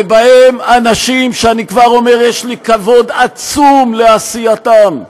ובהם אנשים שאני כבר אומר: יש לי כבוד עצום לעשייתם,